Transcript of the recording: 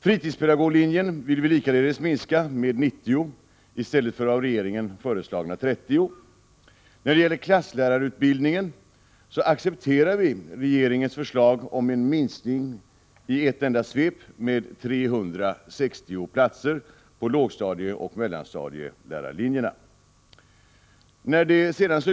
Fritidspedagoglinjen vill vi likaledes minska, med 90 platser i stället för med 30 platser, som regeringen föreslår. När det gäller klasslärarutbildningen accepterar vi regeringens förslag om en minskning i ett enda svep med 360 platser på lågstadieoch mellanstadielärarlinjerna.